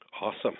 awesome